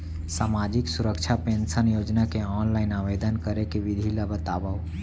सामाजिक सुरक्षा पेंशन योजना के ऑनलाइन आवेदन करे के विधि ला बतावव